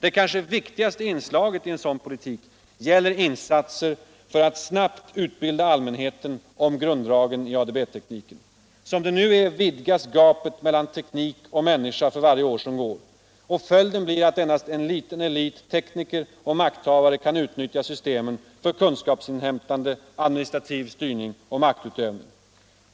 Det kanske viktigaste inslaget i en sådan politik gäller insatser för att snabbt informera allmänheten om grunddragen i ADB-tekniken. Som det nu är vidgas gapet mellan teknik och människa för varje år som går. Följden blir att endast en liten elit tekniker och makthavare kan utnyttlja systemen för kunskapsinhämtande, administrativ styrning och maktutövning.